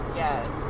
yes